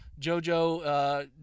JoJo